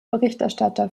berichterstatter